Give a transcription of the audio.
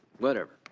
whatever.